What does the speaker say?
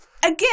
again